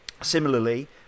similarly